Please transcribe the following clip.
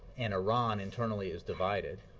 and iran internally is divided,